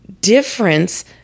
difference